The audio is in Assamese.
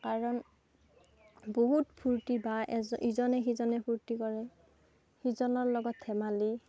কাৰণ বহুত ফুৰ্তি বা এজন ইজনে সিজনে ফুৰ্তি কৰে সিজনৰ লগত ধেমালি